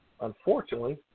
Unfortunately